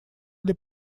для